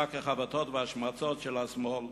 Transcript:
שק החבטות וההשמצות של השמאל.